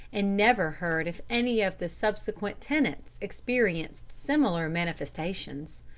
and never heard if any of the subsequent tenants experienced similar manifestations.